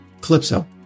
Calypso